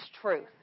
truth